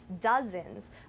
dozens